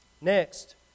Next